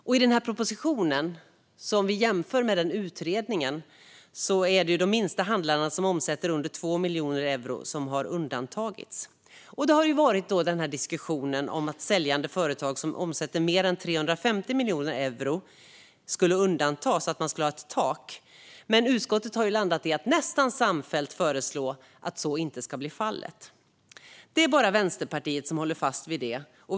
Om vi jämför propositionen med utredningen är det de minsta handlarna som omsätter under 2 miljoner euro som har undantagits. Det har då varit en diskussion om att säljande företag som omsätter mer än 350 miljoner euro skulle undantas och att man skulle ha ett tak. Utskottet har dock landat i att nästan samfällt föreslå att så inte ska bli fallet. Det är bara Vänsterpartiet som håller fast vid det.